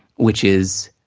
which is,